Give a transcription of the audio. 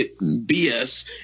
BS